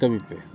ᱠᱟᱹᱢᱤ ᱯᱮ